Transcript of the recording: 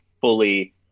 fully